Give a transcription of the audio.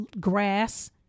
grass